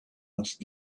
must